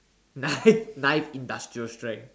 knife knife industrial strength